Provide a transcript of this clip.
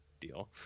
deal